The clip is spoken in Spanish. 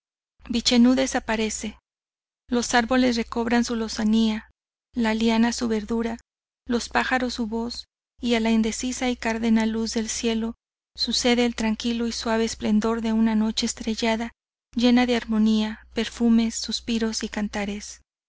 blanca vichenú desaparece los arboles recobran su lozanía la liana su verdura los pájaros su voz y a la indecisa y cárdena luz del cielo sucede el tranquilo y suave esplendor de una noche estrellada y llena de armonía perfumes suspiros y cantares